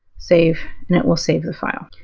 save. and it will save the file.